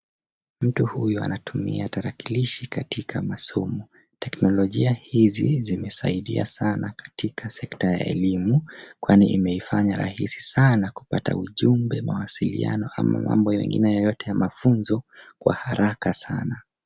Mtu huyu anatumia tarakilishi katika masomo. Teknolojia hizi zimesaidia sana katika sekta ya elimu, kwani imeifanya rahisi sana kupata ujumbe, mawasiliano ama mambo mengine yoyote ya mafunzo kwa haraka sana.